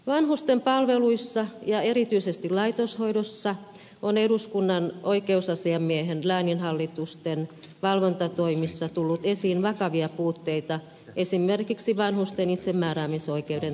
vanhusten palveluissa ja erityisesti laitoshoidossa on eduskunnan oikeusasiamiehen lääninhallitusten valvontatoimissa tullut esiin vakavia puutteita esimerkiksi vanhusten itsemääräämisoikeuden toteuttamisessa